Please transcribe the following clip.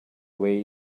way